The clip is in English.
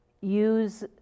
use